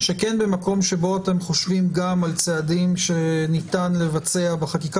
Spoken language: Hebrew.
שבמקום שבו אתם חושבים גם על צעדים שניתן לבצע בחקיקה